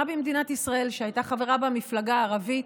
במדינת ישראל שהייתה חברה בה מפלגה ערבית,